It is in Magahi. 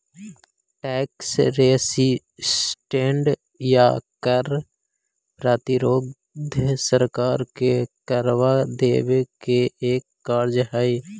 टैक्स रेसिस्टेंस या कर प्रतिरोध सरकार के करवा देवे के एक कार्य हई